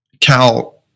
Cal